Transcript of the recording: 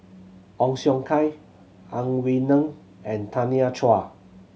Ong Siong Kai Ang Wei Neng and Tanya Chua